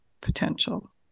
potential